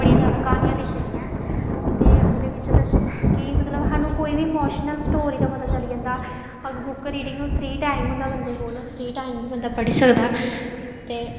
बड़ियां जैदा क्हानियां लिखी दियां ने ते ओह्दे बिच्च दस्से दा कि मतलब सानूं कोई बी इमोशनल स्टोरी दा पता चली जंदा अगर बुक रीडिंग फ्री टाइम होंदा बंदे कोल फ्री टाइम च बंदा पढ़ी सकदा ते